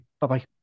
Bye-bye